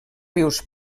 rius